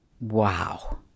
Wow